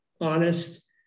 honest